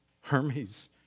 Hermes